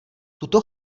tuto